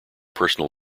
personal